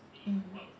mm